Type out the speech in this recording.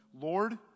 Lord